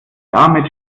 damit